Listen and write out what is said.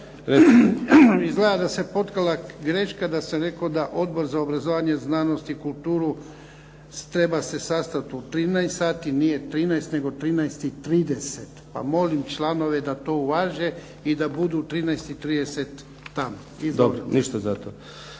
Izgleda da se potkrala greška da sam rekao da Odbor za obrazovanje, znanost i kulturu treba se sastati u 13 sati, nije 13 nego 13,30. Pa molim članove da to uvaže i da budu u 13,30 tamo. Izvolite.